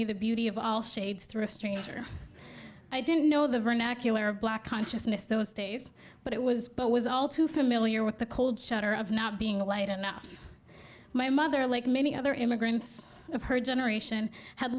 me the beauty of all shades through a stranger i didn't know the vernacular of black consciousness those days but it was but it was all too familiar with the cold chatter of not being a light enough my mother like many other immigrants of her generation had